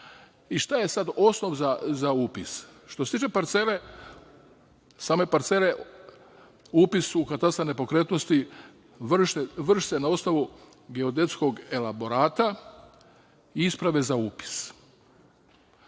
Šta je sad osnov za upis? Što se tiče same parcele, upis u katastar nepokretnosti vrši se na osnovu geodetskog elaborata i isprave za upis.